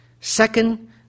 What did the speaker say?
Second